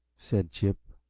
said chip,